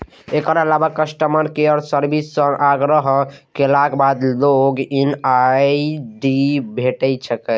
एकर अलावा customer care service सं आग्रह केलाक बाद लॉग इन आई.डी भेटि सकैए